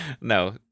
No